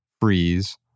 freeze